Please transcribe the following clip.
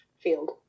field